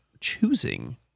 choosing